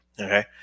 Okay